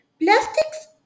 Plastics